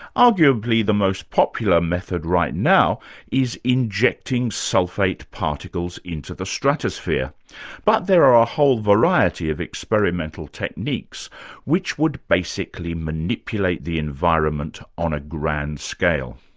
arguably the most popular method right now is injecting sulphate particles into the stratosphere but there are a whole variety of experimental techniques which would basically manipulate the environment on a grand scale.